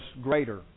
greater